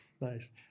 Nice